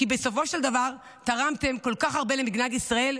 כי בסופו של דבר תרמתם כל כך הרבה למדינת ישראל,